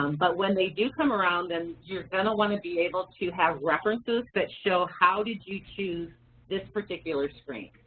um but when they do come around, then you're gonna wanna be able to have references that show how did you choose this particular screen,